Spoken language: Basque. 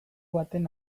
baten